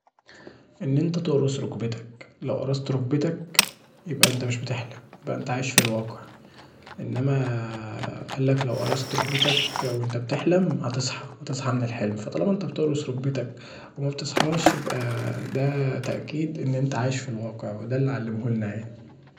ان انت تقرص ركبتك، لو قرصت ركبتك يبقي انت مش بتحلم، يبقي انت عايش في الواقع، انما قالك لو قرصت ركبتك وانت بتحلم هتصحي، هتصحي من الحلم، فطالما انت بتقرص ركبتك ومبتصحاش يبقي دا تأكيد ان انت عايش في الواقع، ودا اللس علمهولنا يعني.